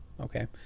Okay